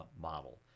model